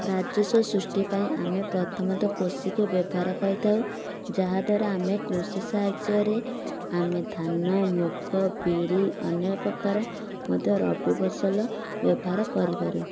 ରାଜସ୍ବ ସୃଷ୍ଟି ପାଇଁ ଆମେ ପ୍ରଥମତଃ କୃଷିକୁ ବ୍ୟବହାର କରିଥାଉ ଯାହା ଦ୍ୱାରା ଆମେ କୃଷି ସାହାଯ୍ୟରେ ଆମେ ଧାନ ମୁଗ ବିରି ଅନ୍ୟ ପ୍ରକାରର ମଧ୍ୟ ରବି ଫସଲ ବ୍ୟବହାର କରିପାରୁ